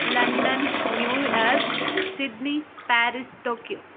London New York Sydney Paris Tokyo